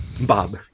Bob